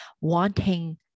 wanting